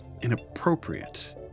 inappropriate